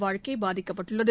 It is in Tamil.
வாழ்க்கை பாதிக்கப்பட்டுள்ளது